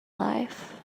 life